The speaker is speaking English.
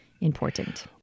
important